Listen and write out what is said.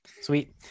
Sweet